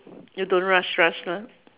you don't rush rush lah